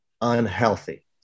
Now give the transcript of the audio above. unhealthy